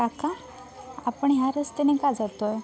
काका आपण ह्या रस्त्याने का जातो आहे